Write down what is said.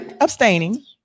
abstaining